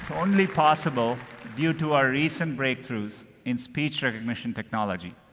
so only possible due to our recent breakthroughs in speech recognition technology.